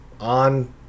on